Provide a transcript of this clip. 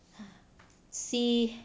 see